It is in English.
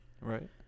Right